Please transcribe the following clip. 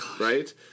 right